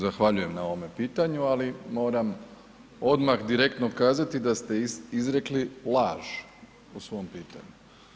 Zahvaljujem na ovome pitanju, ali moram odmah direktno kazati da ste izrekli laž u svom pitanju.